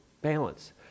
balance